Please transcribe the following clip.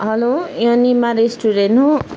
hello यो Nima restaurant हो